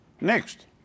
Next